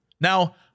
Now